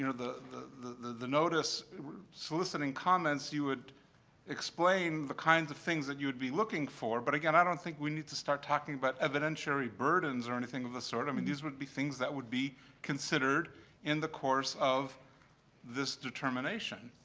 you know the the notice soliciting comments, you would explain the kinds of things that you would be looking for. but again, i don't think we need to start talking about evidentiary burdens or anything of the sort. i mean, these would be things that would be considered in the course of this determination,